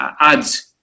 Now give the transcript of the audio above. ads